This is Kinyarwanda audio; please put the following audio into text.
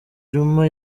juma